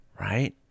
right